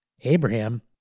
Abraham